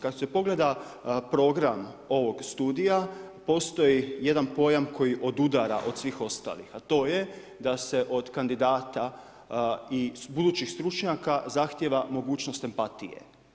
Kad se pogleda program ovog studija postoji jedan pojam koji odudara od svih ostalih, a to je da se od kandidata i budućih stručnjaka zahtijeva mogućnost empatije.